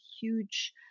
huge